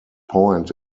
point